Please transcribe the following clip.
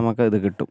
നമുക്കത് കിട്ടും